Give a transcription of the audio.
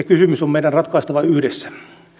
kysymys on meidän ratkaistava yhdessä